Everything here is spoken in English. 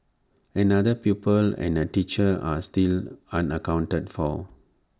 another pupil and A teacher are still unaccounted for